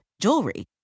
jewelry